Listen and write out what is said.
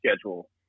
schedule